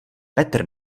petr